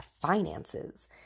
finances